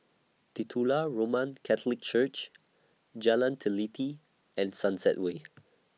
Titular Roman Catholic Church Jalan Teliti and Sunset Way